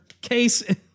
case